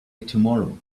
tomorrow